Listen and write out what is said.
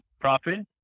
profit